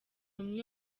umwe